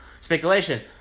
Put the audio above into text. Speculation